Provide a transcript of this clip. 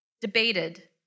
debated